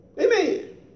Amen